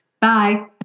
Bye